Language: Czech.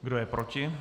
Kdo je proti?